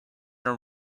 her